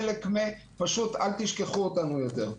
פשוט אל תשכחו אותנו יותר.